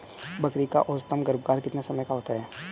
बकरी का औसतन गर्भकाल कितने समय का होता है?